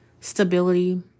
stability